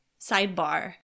sidebar